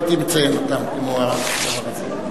אני יכול להמציא לך את הפרוטוקולים,